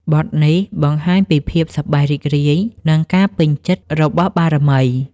បទនេះបង្ហាញពីភាពសប្បាយរីករាយ និងការពេញចិត្តរបស់បារមី។